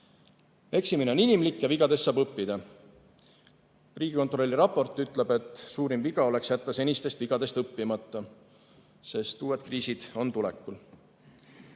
Eksimine on inimlik ja vigadest saab õppida. Riigikontrolli raport ütleb, et suurim viga oleks jätta senistest vigadest õppimata, sest uued kriisid on tulekul.